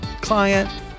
client